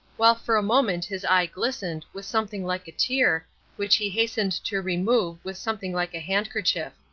while for a moment his eye glistened with something like a tear which he hastened to remove with something like a handkerchief.